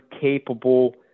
capable